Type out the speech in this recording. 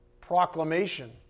proclamation